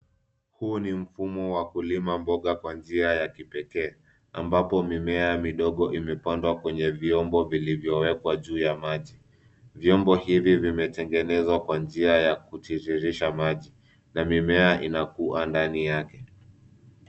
Huu ni mfumo wa kulima mboga kwa njia ya kipekee. Ambapo mimea midogo imepandwa kwenye vyombo vilivyo wekwa juu ya maji. Vyombo hili vimetengenezwa kwa njia ya kutiririsha maji, na mimea inakua ndani yake.